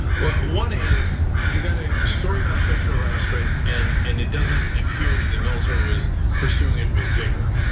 well, one is, you got a story about sexual harassment and and it doesn't appear that the military was pursuing it with vigor.